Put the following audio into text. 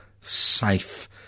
safe